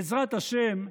בעזרת השם,